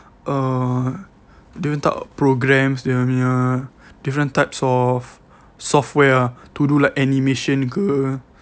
err the type of programs dia punya different types of software ah to do like animation ke